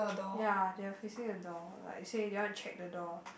ya they are fixing the door like they say they want check the door